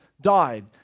died